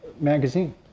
Magazine